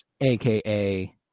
aka